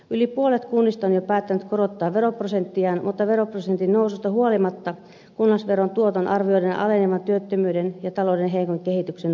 yli puolet kunnista on jo päättänyt korottaa veroprosenttiaan mutta veroprosentin noususta huolimatta kunnallisveron tuoton arvioidaan alenevan työttömyyden ja talouden heikon kehityksen vuoksi